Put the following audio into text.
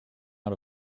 out